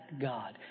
God